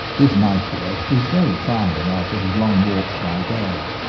this nightwork is very trying after his long walks by day.